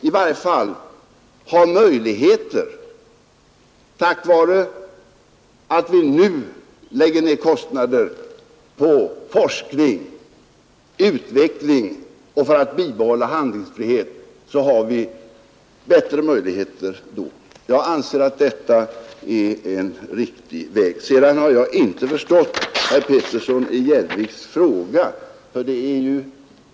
I varje fall skaffar vi oss möjligheter att bli starkare i framtiden genom att vi nu lägger ner kostnader på forskning och utveckling och genom att bibehålla handlingsfriheten. Jag anser att det är en riktig väg. Jag har inte förstått herr Peterssons i Gäddvik fråga.